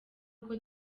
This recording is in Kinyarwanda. uko